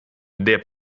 der